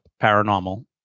Paranormal